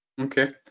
Okay